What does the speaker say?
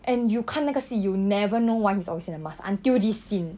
and you 看那个戏 you never know why he's always in a mask until this scene